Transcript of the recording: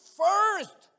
first